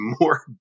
more